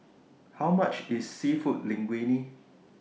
How much IS Seafood Linguine